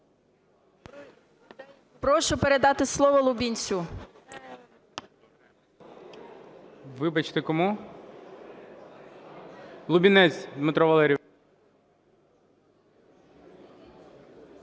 Прошу передати слово Лубінцю. ГОЛОВУЮЧИЙ. Вибачте, кому? Лубінець Дмитро Валерійович.